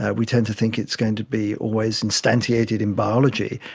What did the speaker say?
ah we tend to think it's going to be always instantiated in biology.